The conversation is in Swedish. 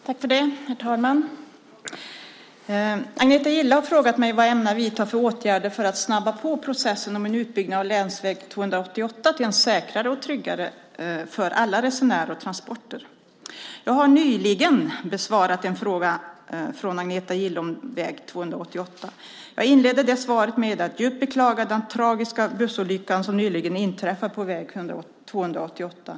Herr talman! Agneta Gille har frågat mig vad jag ämnar vidta för åtgärder för att snabba på processen om en utbyggnad av länsväg 288 till att bli säkrare och tryggare för alla resenärer och transporter. Jag har nyligen besvarat en fråga från Agneta Gille om väg 288. Jag inledde det svaret med att djupt beklaga den tragiska bussolycka som nyligen inträffade på väg 288.